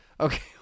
Okay